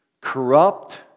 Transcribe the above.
corrupt